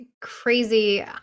crazy